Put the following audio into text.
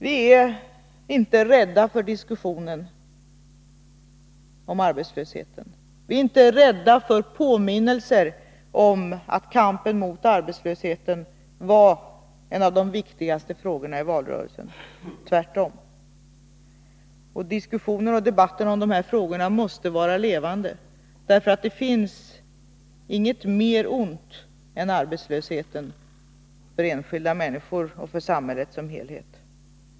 Vi är inte rädda för diskussionen om arbetslösheten. Vi är inte rädda för påminnelser om att kampen mot arbetslösheten var en av de viktigaste frågorna i valrörelsen — tvärtom. Debatten om dessa frågor måste vara levande. Det finns nämligen inget värre ont än arbetslösheten för enskilda människor och för samhället som helhet.